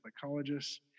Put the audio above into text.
psychologists